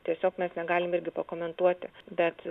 tiesiog mes negalim irgi pakomentuoti bet